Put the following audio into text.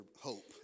hope